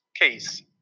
case